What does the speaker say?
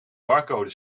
barcode